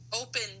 open